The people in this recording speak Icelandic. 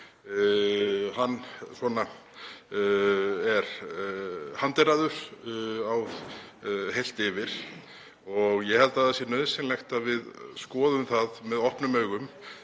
hann er hanteraður heilt yfir. Ég held að það sé nauðsynlegt að við skoðum það með opnum augum